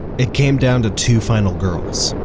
it came down to two final girls,